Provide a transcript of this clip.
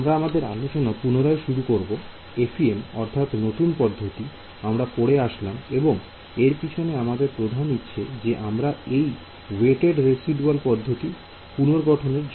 আমরা আমাদের আলোচনা পুনরায় শুরু করব FEM অর্থাৎ নতুন পদ্ধতি আমরা পড়ে আসলাম এবং এর পিছনে আমাদের প্রধান ইচ্ছে যে আমরা এই ওয়েটেড রেসিদুয়াল পদ্ধতি পুনর্গঠন এর জন্য